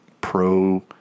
pro